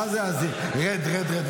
מה זה "רד, רד"?